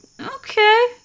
okay